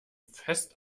fest